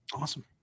Awesome